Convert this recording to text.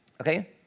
okay